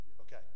Okay